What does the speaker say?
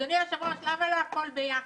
אדוני היושב-ראש, למה לא הכול ביחד?